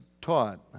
taught